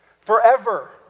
forever